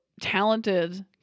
talented